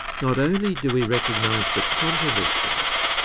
not only do we recognise the content of speech,